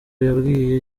yabwiye